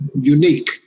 unique